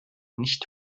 nicht